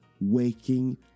waking